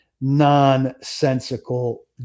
nonsensical